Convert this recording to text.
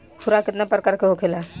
खुराक केतना प्रकार के होखेला?